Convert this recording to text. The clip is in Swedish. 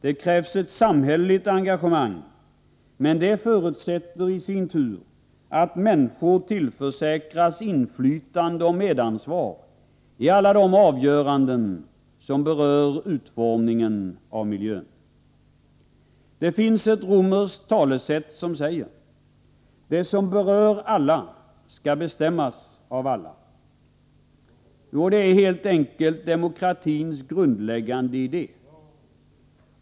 Det krävs ett samhälleligt engagemang, men det förutsätter i sin tur att människor tillförsäkras inflytande och medansvar i alla de avgöranden som berör utformningen av miljön. Det finns ett romerskt talesätt som säger: ”Det som berör alla skall bestämmas av alla.” Det är helt enkelt demokratins grundläggande idé.